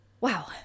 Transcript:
Wow